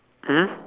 mm